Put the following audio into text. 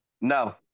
No